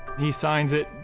he signs it,